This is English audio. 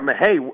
hey